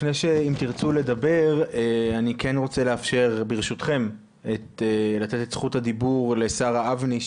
אני מבקש לתת את זכות הדיבור לשרה אבני,